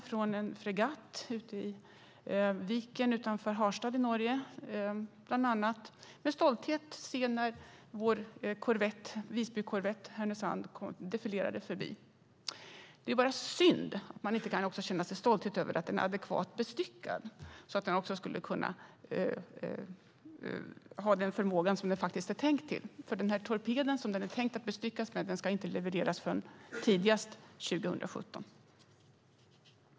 Från en fregatt ute i viken utanför Harstad i Norge fick vi, med stolthet, bland annat se när vår Visbykorvett Härnösand defilerade förbi. Det är bara synd att man inte också kan känna stolthet över att den är adekvat bestyckad så att den kan ha den förmåga som den faktiskt är tänkt att ha. Den torped som det är tänkt att bestycka korvetten med ska nämligen inte levereras förrän tidigast 2017.